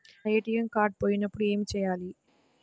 నా ATM card పోయినప్పుడు ఏమి చేయాలి?